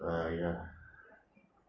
uh ya